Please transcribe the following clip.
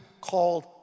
called